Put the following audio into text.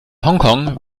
hongkong